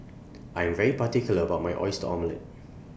I Am very particular about My Oyster Omelette